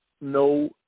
No